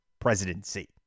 presidency